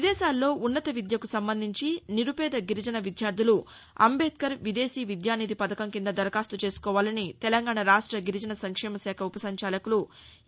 విదేశాల్లో ఉన్నత విద్యకు సంబంధించి నిరుపేద గిరిజన విద్యార్థులు అంబేద్కర్ విదేశీ విద్యానిధి పథకం కింద దరఖాస్తు చేసుకోవాలని తెలంగాణా రాష్ట గిరిజన సంక్షేమ శాఖ ఉప సంచాలకులు ఎ